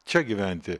čia gyventi